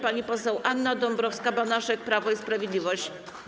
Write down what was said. Pani poseł Anna Dąbrowska-Banaszek, Prawo i Sprawiedliwość.